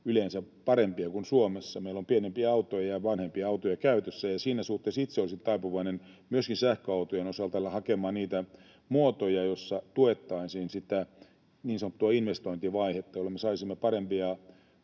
yleensä parempia kuin Suomessa. Meillä on pienempiä autoja ja vanhempia autoja käytössä. Siinä suhteessa itse olisin taipuvainen myöskin sähköautojen osalta hakemaan niitä muotoja, joissa tuettaisiin sitä niin sanottua investointivaihetta, jolloin me saisimme parempia,